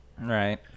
Right